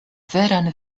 veran